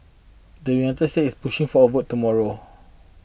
the United States is pushing for a vote tomorrow